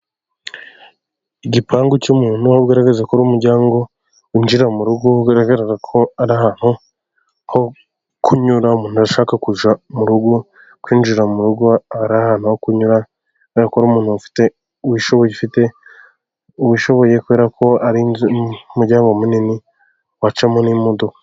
Igipangu cy'umuntu kigaragaza ko ari umuryango munini winjira mu rugo. Ugaragaza ko ari ahantu ho kunyura. Umuntu ashaka kujya mu rugo, kwinjira mu rugo, ko ari ahantu ho kunyura , kubera ko umuntu wishoboye ,ufite ubushobozi, kubera ko ari umuryango munini wacamo n'imodoka.